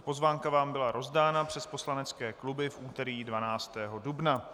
Pozvánka vám byla rozdána přes poslanecké kluby v úterý 12. dubna.